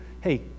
hey